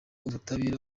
ubutabera